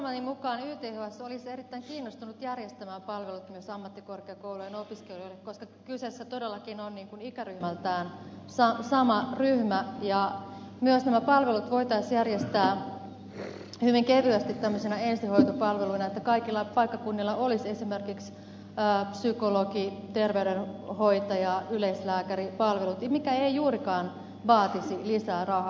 kuulemani mukaan yths olisi erittäin kiinnostunut järjestämään palvelut myös ammattikorkeakoulujen opiskelijoille koska kyseessä todellakin on ikäryhmältään sama ryhmä ja nämä palvelut voitaisiin järjestää hyvin kevyesti tämmöisenä ensihoitopalveluna niin että kaikilla paikkakunnilla olisi esimerkiksi psykologi terveydenhoitaja yleislääkäripalvelut mikä ei juurikaan vaatisi lisää rahaa